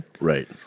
Right